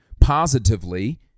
positively